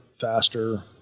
faster